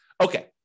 Okay